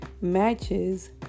matches